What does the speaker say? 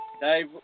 Dave